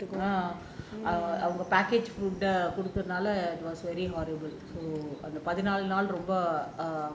uh அவங்க:avanga package குடுக்கறது நால அந்த பதினாலு நாளு ரொம்ப:kudukurathu naala antha pathinaalu naalu romba